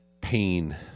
Pain